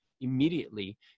immediately